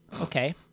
Okay